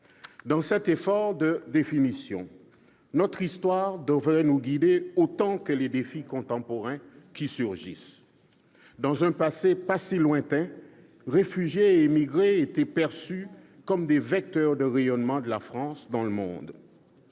Dans cet effort de définition, notre histoire devrait nous guider autant que les défis contemporains qui surgissent. Dans un passé pas si lointain, réfugiés et immigrés étaient perçus comme des vecteurs de rayonnement de la France dans le monde.